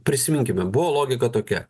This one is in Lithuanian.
prisiminkime buvo logika tokia